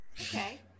Okay